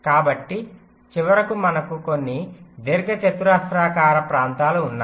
కాబట్టి చివరకు మనకు కొన్ని దీర్ఘచతురస్రాకార ప్రాంతాలు ఉన్నాయి